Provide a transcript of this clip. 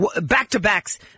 back-to-backs